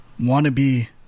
wannabe